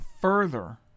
further